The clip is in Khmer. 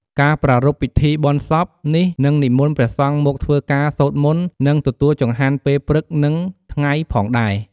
ការប្រារព្ធពិធីបុណ្យសពនេះនិងនិមន្តព្រះសង្ឃមកធ្វើការសូត្រមន្ត និងទទួលចង្ហាន់ពេលព្រឹកនិងថ្ងៃផងដែរ។